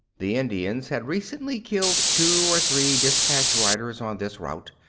the indians had recently killed two or three dispatch riders on this route,